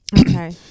Okay